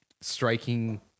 striking